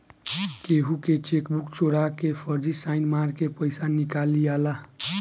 केहू के चेकबुक चोरा के फर्जी साइन मार के पईसा निकाल लियाला